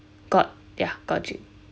got got gym